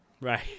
Right